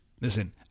Listen